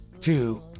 two